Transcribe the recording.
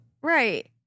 Right